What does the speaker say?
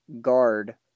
guard